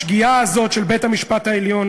אתה כבר צרוד,